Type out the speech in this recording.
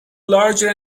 larger